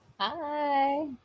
Hi